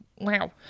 Wow